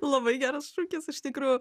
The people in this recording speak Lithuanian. labai geras šūkis iš tikrųjų